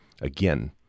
again